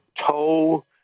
toe